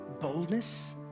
boldness